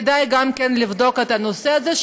כדאי גם לבדוק את הנושא הזה,